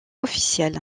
officiel